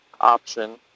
option